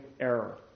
error